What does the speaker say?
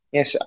Yes